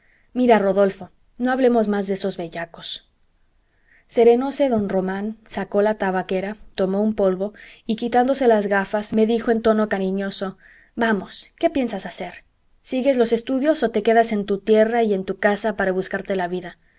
mira rodolfo no hablemos más de esos bellacos serenóse don román sacó la tabaquera tomó un polvo y quitándose las gafas me dijo en tono cariñoso vamos qué piensas hacer sigues los estudios o te quedas en tu tierra y en tu casa para buscarte la vida